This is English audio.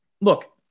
look